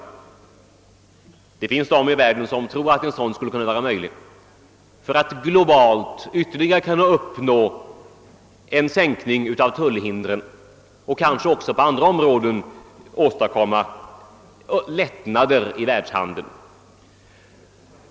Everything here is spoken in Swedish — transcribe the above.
Många politiker i världen tror att det är möjligt att globalt åstadkomma en ytterligare sänkning av tullhindren och att kanske också på andra områden åstadkomma lättnader i världshandeln.